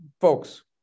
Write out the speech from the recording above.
folks